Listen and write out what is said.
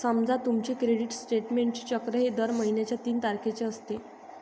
समजा तुमचे क्रेडिट स्टेटमेंटचे चक्र हे दर महिन्याच्या तीन तारखेचे असते